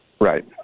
Right